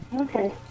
okay